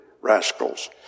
rascals